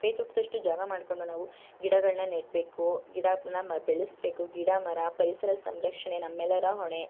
ಕೈತೋಟದಷ್ಟು ಜಾಗ ಮಾಡಿಕೊಂಡು ನಾವು ಗಿಡಗಳನ್ನು ನೆಡಬೇಕು ಗಿಡ ಬೆಳೆಸಬೇಕು ಗಿಡ ಮರ ಪರಿಸರ ಸಂರಕ್ಷಣೆ ನಮ್ಮೆಲ್ಲರ ಹೊಣೆ